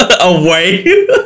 away